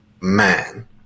man